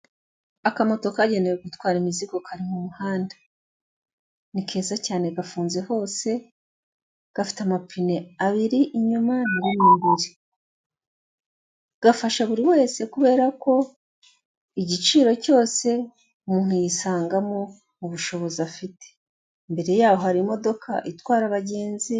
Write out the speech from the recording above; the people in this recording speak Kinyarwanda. Akamoto kagenewe gutwara imizigo kari mu muhanda, ni keza cyane gafunze hose, gafite amapine abiri inyuma na rimwe imbere, gafasha buri wese kubera ko igiciro cyose umuntu yisangamo mu bushobozi afite, imbere y'aho hari imodoka itwara abagenzi'